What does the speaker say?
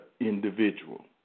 individual